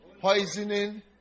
poisoning